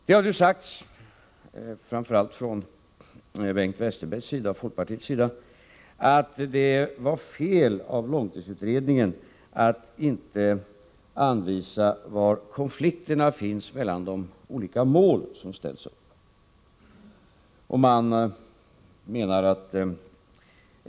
Det har nu sagts, framför allt från Bengt Westerbergs och folkpartiets sida, att det var fel av långtidsutredningen att inte anvisa var konflikterna finns mellan de olika mål som ställts upp.